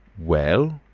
well?